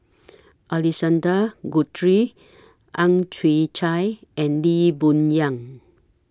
Alexander Guthrie Ang Chwee Chai and Lee Boon Yang